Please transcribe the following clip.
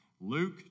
Luke